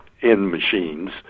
in-machines